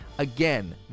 Again